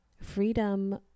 freedom